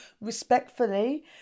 respectfully